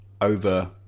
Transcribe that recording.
over